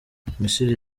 misiri